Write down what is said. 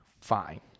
Fine